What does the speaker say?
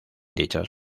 dichas